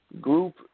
group